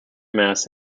mass